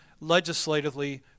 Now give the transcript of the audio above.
legislatively